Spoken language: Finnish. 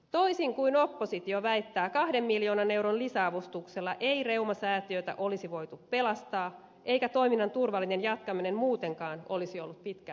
toisin kuin oppositio väittää kahden miljoonan euron lisäavustuksella ei reumasäätiötä olisi voitu pelastaa eikä toiminnan turvallinen jatkaminen muutenkaan olisi ollut pitkään mahdollista